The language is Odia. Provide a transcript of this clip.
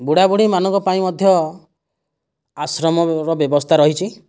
ବୁଢ଼ା ବୁଢ଼ୀମାନଙ୍କ ପାଇଁ ମଧ୍ୟ ଆଶ୍ରମର ବ୍ୟବସ୍ଥା ରହିଛି